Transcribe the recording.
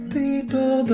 people